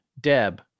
Deb